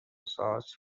سارس